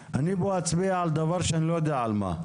שאני לא רוצה להצביע על דבר שאני לא יודע מהו.